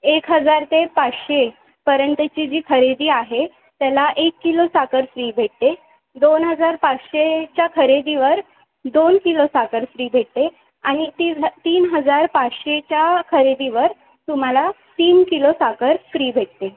एक हजार ते पाचशेपर्यंतची जी खरेदी आहे त्याला एक कीलो साखर फ्री भेटते आहे दोन हजार पाचशे च्या खरेदीवर दोन किलो साखर फ्री भेटते आहे आणि तीनह तीन हजार पाचशेच्या खरेदीवर तुम्हाला तीन किलो साखर फ्री भेटते आहे